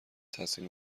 تاثیر